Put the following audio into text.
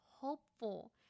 hopeful